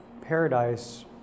Paradise